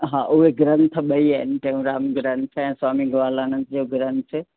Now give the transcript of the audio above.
हा उहे ग्रंथ ॿई आहिनि टेऊंराम ग्रंथ ऐं स्वामी ग्वालानंद जो ग्रंथ